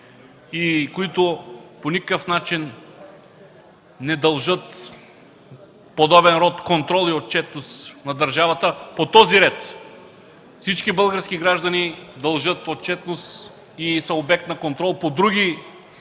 и които по никакъв начин не дължат подобен род контрол и отчетност на държавата. По този ред всички български граждани дължат отчетност и са обект на контрол